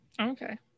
Okay